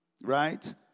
Right